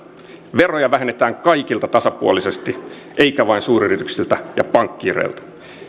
veroja vähennetään kaikilta tasapuolisesti eikä vain suuryrityksiltä ja pankkiireilta